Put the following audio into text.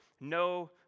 no